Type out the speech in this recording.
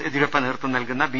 യെദ്യൂരപ്പ നേതൃത്വം നൽകുന്ന ബി